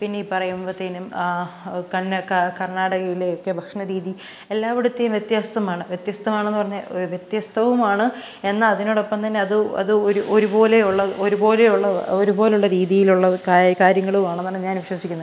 പിന്നെ ഈ പറയുമ്പത്തേക്കും കർണാടകയിലെ ഒക്കെ ഭക്ഷണ രീതി എല്ലാവിടുത്തെയും വ്യത്യാസമാണ് വ്യത്യസ്ഥമാണെന്ന് പറഞ്ഞാൽ വ്യത്യസ്ഥവുമാണ് എന്നാൽ അതിനോടൊപ്പം തന്നെ അത് അത് ഒരു ഒരുപോലെയുള്ള ഒരുപോലെയുള്ളത് ഒരുപോലുള്ള രീതീയിലുള്ളത് കാര്യങ്ങളുമാണ് എന്നാണ് ഞാൻ വിശ്വസിക്കുന്നത്